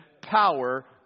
power